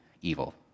evil